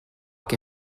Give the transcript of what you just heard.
que